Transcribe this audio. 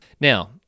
Now